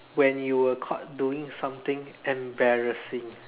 when you were caught doing something embarrassing